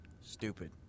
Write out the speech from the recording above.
Stupid